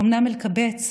אומנם אלקבץ,